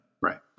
Right